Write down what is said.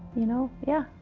you know, yeah,